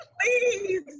Please